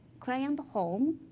client home